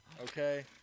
Okay